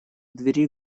двери